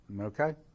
Okay